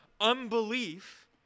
unbelief